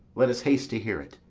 let us haste to hear it,